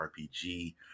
RPG